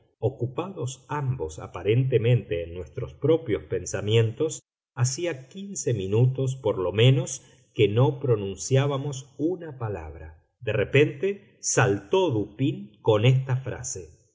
ocupados ambos aparentemente en nuestros propios pensamientos hacía quince minutos por lo menos que no pronunciábamos una palabra de repente saltó dupín con esta frase